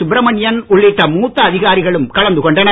சுப்ரமணியன் உள்ளிட்ட மூத்த அதிகாரிகளும் கலந்து கொண்டனர்